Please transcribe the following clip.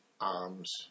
arms